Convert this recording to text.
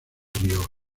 río